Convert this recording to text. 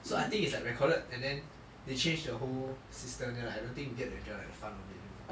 so I think it's like recorded and then they change the whole system then like I don't think you get to enjoy like the fun of it